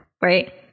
right